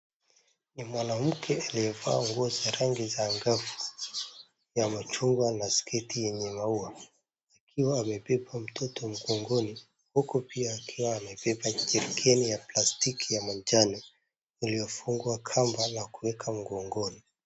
Ni mwanamke aliyevaa nguo za rangi za angavu ya machungwa na sketi yenye maua akiwa amebeba mtoto mgongoni huku pia akiwa amebeba jerikani la plastiki lya majano iliyofungwa kamba na kuwekwa mgongoni.